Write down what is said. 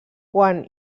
quan